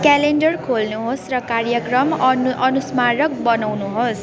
calendar खोल्नुहोस् र कार्यक्रम अनु अनुस्मारक बनाउनुहोस्